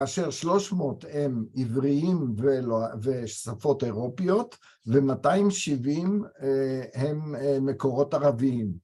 אשר 300 הם עבריים ושפות אירופיות ו-270 הם מקורות ערביים.